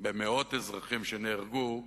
במאות אזרחים שנהרגו,